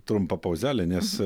trumpą pauzelę nes